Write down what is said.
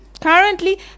currently